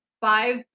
five